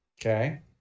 Okay